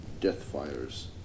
Death-fires